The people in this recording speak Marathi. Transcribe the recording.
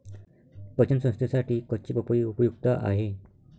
पचन संस्थेसाठी कच्ची पपई उपयुक्त आहे